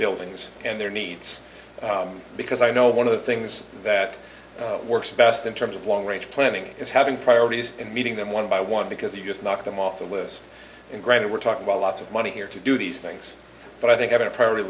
buildings and their needs because i know one of the things that works best in terms of long range planning is having priorities and meeting them one by one because you just knock them off the list and granted we're talking about lots of money here to do these things but i think of a priority